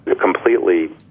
completely